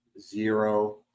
zero